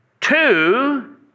Two